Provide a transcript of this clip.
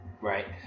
Right